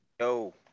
Yo